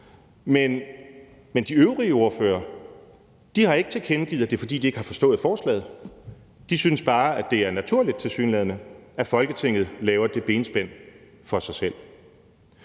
Men de øvrige ordførere har ikke tilkendegivet, at det er, fordi de ikke har forstået forslaget; de synes bare, at det er naturligt – tilsyneladende – at Folketinget laver det benspænd for sig selv.